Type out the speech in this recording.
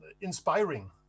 inspiring